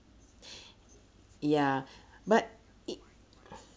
ya but it